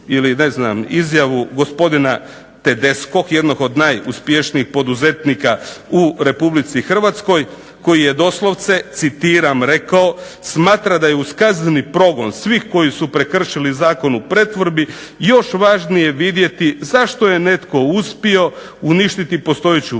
ili ne znam izjavu gospodina Tedeskog, jednog od najuspješnijih poduzetnika u Republici Hrvatskoj, koji je doslovce citiram rekao smatra da je uz kazneni progon svih koji su prekršili Zakon o pretvorbi, još važnije vidjeti zašto je netko uspio uništiti postojeću